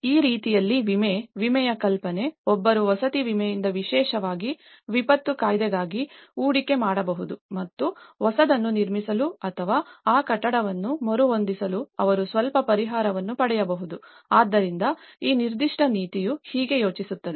ಆ ರೀತಿಯಲ್ಲಿ ವಿಮೆ ವಿಮೆಯ ಕಲ್ಪನೆ ಒಬ್ಬರು ವಸತಿ ವಿಮೆಯಿಂದ ವಿಶೇಷವಾಗಿ ವಿಪತ್ತು ಕಾಯ್ದೆಗಾಗಿ ಹೂಡಿಕೆ ಮಾಡಬಹುದು ಮತ್ತು ಹೊಸದನ್ನು ನಿರ್ಮಿಸಲು ಅಥವಾ ಆ ಕಟ್ಟಡವನ್ನು ಮರುಹೊಂದಿಸಲು ಅವರು ಸ್ವಲ್ಪ ಪರಿಹಾರವನ್ನು ಪಡೆಯಬಹುದು ಆದ್ದರಿಂದ ಈ ನಿರ್ದಿಷ್ಟ ನೀತಿಯು ಹೀಗೆ ಯೋಚಿಸಿದೆ